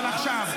אבל עכשיו.